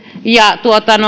ja